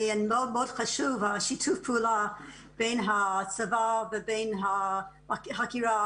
ומאוד מאוד חשוב שיתוף הפעולה בין הצבא ובין החקירה,